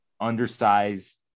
undersized